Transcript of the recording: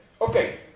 okay